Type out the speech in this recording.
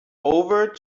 over